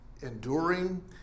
enduring